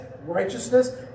righteousness